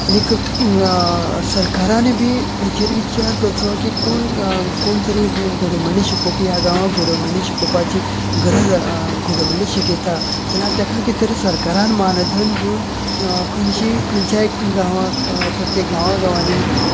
आनीक सरकारानय बी हेचेर विचार करचो की कोण कोण तरी घोडेमोडणी शिकोवपी ह्या गांवांन घोडेमोडणी शिकोवपाची गरज घोडेमोडणी शिकयता जाल्यार ताका किते सरकारान मानधन दिवन खंनची खंयच्याय गांवांक प्रत्येक गांवांगांवांनी